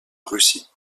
russie